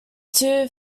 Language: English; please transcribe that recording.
two